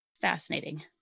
Fascinating